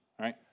right